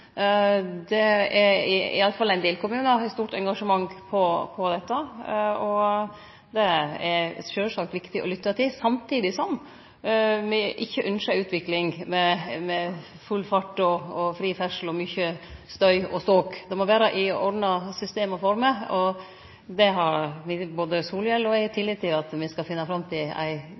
Det er iallfall i ein del kommunar stort engasjement rundt dette, og det er det sjølvsagt viktig å lytte til, samtidig som me ikkje ynskjer ei utvikling med full fart, fri ferdsel og mykje støy og ståk. Det må vere eit ordna system og i ordna former, og både Solhjell og eg har tillit til at me skal finne fram til